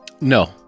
No